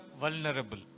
vulnerable